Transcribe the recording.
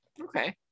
Okay